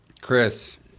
Chris